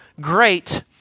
Great